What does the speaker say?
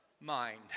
mind